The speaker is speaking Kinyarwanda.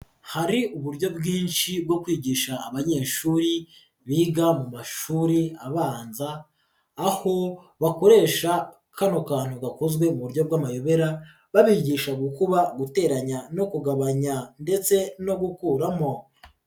Hari uburyo bwinshi bwo kwigisha abanyeshuri biga mu mashuri abanza, aho bakoresha kano kantu gakozwe mu buryo bw'amayobera, babigisha gukuba guteranya no kugabanya ndetse no gukuramo.